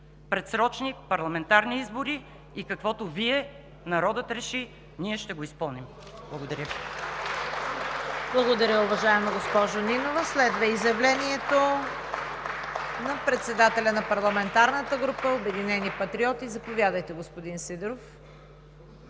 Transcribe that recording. предсрочни парламентарни избори и каквото вие, народът, реши, ние ще го изпълним. Благодаря